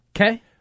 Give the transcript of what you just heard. Okay